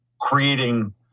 creating